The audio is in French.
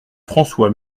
françois